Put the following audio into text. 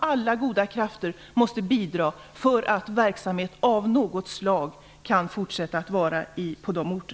Alla goda krafter måste bidra för att verksamhet av något slag skall kunna fortsätta på dessa orter.